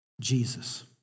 Jesus